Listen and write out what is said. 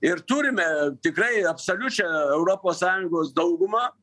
ir turime tikrai absoliučią europos sąjungos daugumą